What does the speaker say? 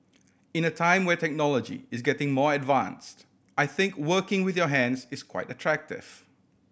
in a time where technology is getting more advanced I think working with your hands is quite attractive